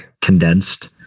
condensed